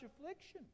affliction